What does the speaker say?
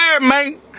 man